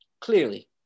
Clearly